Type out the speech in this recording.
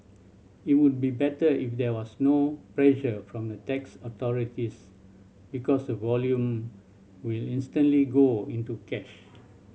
it would be better if there was no pressure from tax authorities because the volumes will instantly go into cash